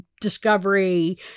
discovery